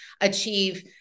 achieve